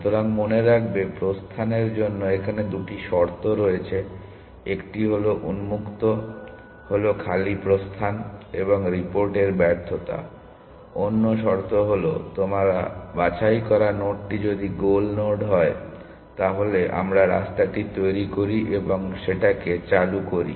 সুতরাং মনে রাখবে প্রস্থানের জন্য এখানে দুটি শর্ত রয়েছে একটি হল যখন উন্মুক্ত হলো খালি প্রস্থান এবং রিপোর্টের ব্যর্থতা অন্য শর্ত হল তোমার বাছাই করা নোডটি যদি গোল নোড হয় তাহলে আমরা রাস্তাটি তৈরী করি এবং সেটাকে চালু করি